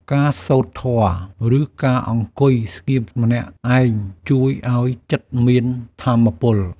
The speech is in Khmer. ការសូត្រធម៌ ឬការអង្គុយស្ងៀមម្នាក់ឯង ជួយឱ្យចិត្តមានថាមពល។